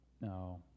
No